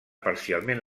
parcialment